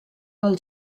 del